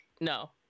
No